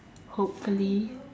hopefully